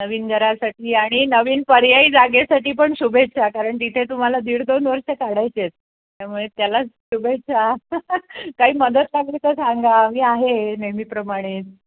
नवीन घरासाठी आणि नवीन पर्यायी जागेसाठी पण शुभेच्छा कारण तिथे तुम्हाला दीड दोन वर्ष काढायची आहेत त्यामुळे त्याला शुभेच्छा काही मदत लागली तर सांगा मी आहे नेहमीप्रमाणे